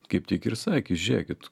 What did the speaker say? kaip tik ir sakė žiūrėkit